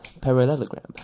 Parallelogram